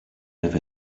live